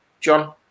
John